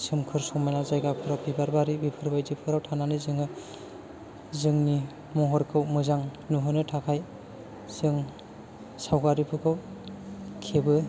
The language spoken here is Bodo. सोमखोर समायना जायगाफोराव बिबारबारि बेफोरबायदिफोराव थानानै जोङो जोंनि महरखौ मोजां नुहोनो थाखाय जों सावगारिफोरखौ खेबो